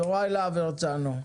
יוראי להב הרצנו.